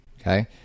Okay